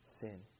sin